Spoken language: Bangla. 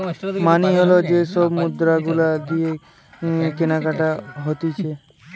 মানি হল যে সব মুদ্রা গুলা দিয়ে কেনাকাটি হতিছে